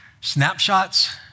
snapshots